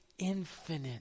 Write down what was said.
infinite